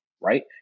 Right